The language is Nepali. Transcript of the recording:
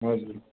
हजुर